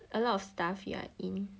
a lot of stuff you're in